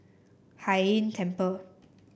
Hai Inn Temple